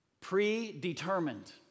Predetermined